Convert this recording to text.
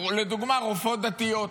לדוגמה רופאות דתיות,